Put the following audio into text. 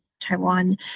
taiwan